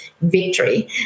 victory